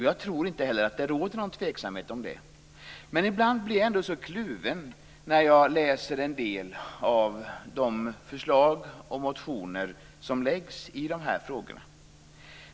Jag tror inte heller att det råder någon tveksamhet om det. Ibland blir jag ändå kluven när jag läser en del av de förslag och motioner som väcks i de här frågorna.